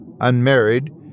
unmarried